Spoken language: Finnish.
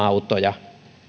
autoja